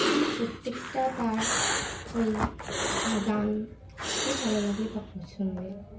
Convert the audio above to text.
আমি প্রত্যেকটা তার ওই গান খুবই ভালো লাগে বা পছন্দের